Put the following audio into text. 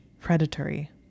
predatory